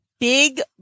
Big